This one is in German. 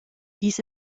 dies